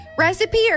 recipe